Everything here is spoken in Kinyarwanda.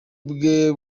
bwe